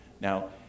Now